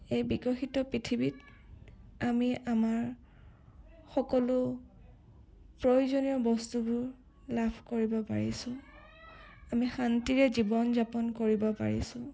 এই বিকশিত পৃথিৱীত আমি আমাৰ সকলো প্ৰয়োজনীয় বস্তুবোৰ লাভ কৰিব পাৰিছোঁ আমি শান্তিৰে জীৱন যাপন কৰিব পাৰিছোঁ